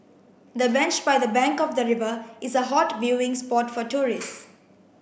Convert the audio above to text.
the bench by the bank of the river is a hot viewing spot for tourists